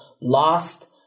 lost